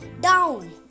down